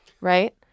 right